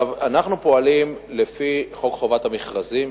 אנחנו פועלים לפי חוק חובת המכרזים,